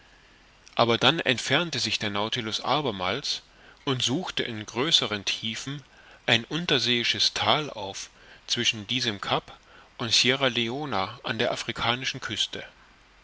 aber dann entfernte sich der nautilus abermals und suchte in größeren diesen ein unterseeisches thal auf zwischen diesem cap und sierra leona an der afrikanischen küste